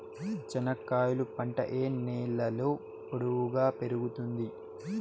చెనక్కాయలు పంట ఏ నేలలో పొడువుగా పెరుగుతుంది?